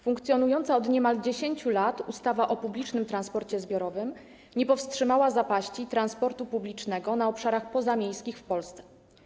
Funkcjonująca od niemal 10 lat ustawa o publicznym transporcie zbiorowym nie powstrzymała zapaści transportu publicznego na obszarach pozamiejskich w Polsce.